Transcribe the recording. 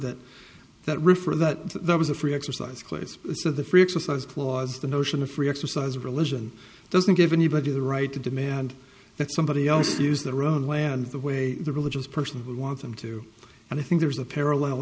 that that refer that there was a free exercise class so the free exercise clause the notion of free exercise of religion doesn't give anybody the right to demand that somebody else use their own land the way the religious the person who wanted them to and i think there's a parallel